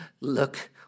look